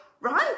right